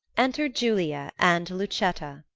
enter julia and lucetta